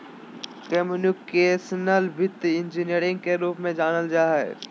computational वित्त engineering के रूप में जानल जा हइ